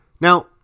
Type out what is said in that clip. Now